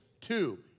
two